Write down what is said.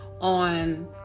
on